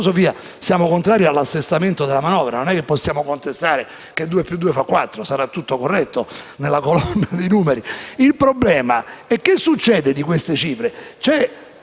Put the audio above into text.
siamo contrari all'assestamento della manovra. Non possiamo contestare che due più due fa quattro: sarà tutto corretto nella colonna dei numeri. Il problema è cosa succede di queste cifre. C'è